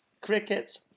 Crickets